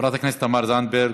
חברת הכנסת תמר זנדברג,